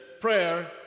prayer